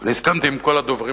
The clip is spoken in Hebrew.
אני הסכמתי עם כל הדוברים,